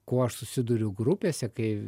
kuo aš susiduriu grupėse kai